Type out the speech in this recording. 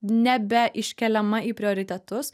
nebe iškeliama į prioritetus